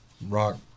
rock